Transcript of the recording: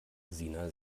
sina